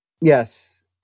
Yes